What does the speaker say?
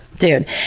dude